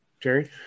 Jerry